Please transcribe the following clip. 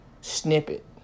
snippet